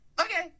okay